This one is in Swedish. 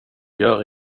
gör